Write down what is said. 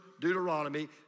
Deuteronomy